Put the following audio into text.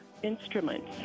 instruments